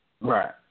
Right